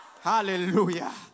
Hallelujah